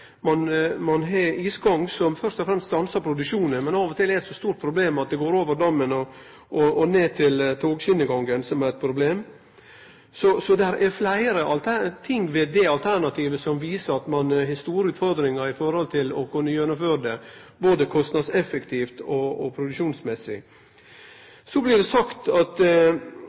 som først og fremst stansar produksjonen. Men av og til er problemet så stort at isgangen går over dammen og ned til togskjenegangen. Det er eit problem. Så det er fleire ting ved det alternativet som viser at ein har store utfordringar om ein skal gjennomføre det, både når det gjeld kostnadseffektivitet og når det gjeld produksjon. Så snakkar ein om brei lokal forankring. Eg må seie at